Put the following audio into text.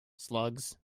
slugs